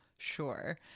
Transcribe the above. Sure